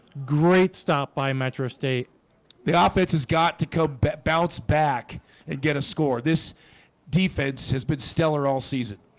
great stop by metro state the office has got to cope but outs back and get a score this defense has been stellar all season.